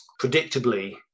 predictably